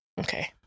okay